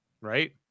Right